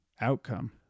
outcome